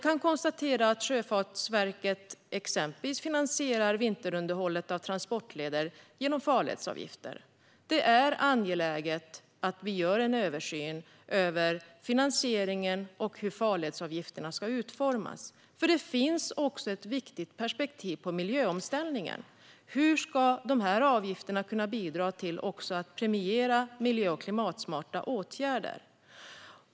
Sjöfartsverket finansierar exempelvis vinterunderhållet av transportleder genom farledsavgifter. Det är angeläget att det görs en översyn av finansieringen och hur farledsavgifterna ska utformas. Det finns också ett viktigt perspektiv vad gäller miljöomställningen. Hur ska dessa avgifter kunna bidra till att premiera miljö och klimatsmarta åtgärder?